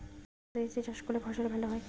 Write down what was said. কোন পদ্ধতিতে চাষ করলে ফসল ভালো হয়?